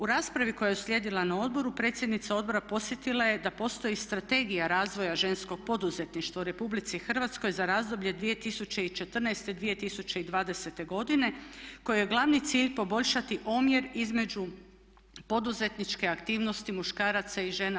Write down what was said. U raspravi koja je uslijedila na odboru predsjednica odbora podsjetila je da postoji Strategija razvoja ženskog poduzetništva u Republici Hrvatskoj za razdoblje 2014., 2020. godine kojoj je glavni cilj poboljšati omjer između poduzetničke aktivnosti muškaraca i žena.